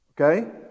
Okay